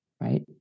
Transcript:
right